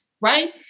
Right